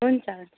हुन्छ हुन्छ